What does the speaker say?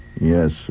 Yes